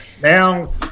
now